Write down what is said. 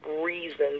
reasons